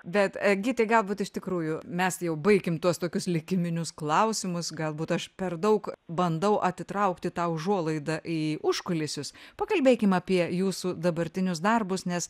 bet e gyti galbūt iš tikrųjų mes jau baikim tuos tokius likiminius klausimus galbūt aš per daug bandau atitraukti tą užuolaidą į užkulisius pakalbėkim apie jūsų dabartinius darbus nes